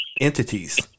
entities